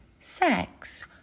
sex